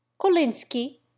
Kolinsky